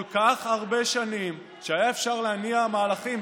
כל כך הרבה שנים שהיה אפשר להניע מהלכים,